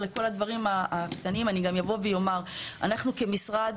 אנחנו כמשרד,